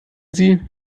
sie